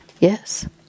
Yes